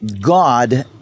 God